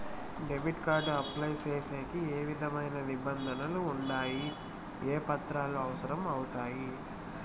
Debit card apply సేసేకి ఏ విధమైన నిబంధనలు ఉండాయి? ఏ పత్రాలు అవసరం అవుతాయి?